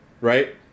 right